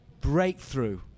Breakthrough